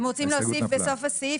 הם רוצים להוסיף בסוף הסעיף,